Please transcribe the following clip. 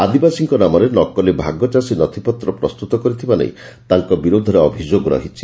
ଆଦିବାସୀଙ୍କ ନାମରେ ନକଲି ଭାଗଚାଷୀ ନଥିପତ୍ର ପ୍ରସ୍ତୁତ କରିଥିବା ନେଇ ତାଙ୍ଙ ବିରୋଧରେ ଅଭିଯୋଗ ରହିଛି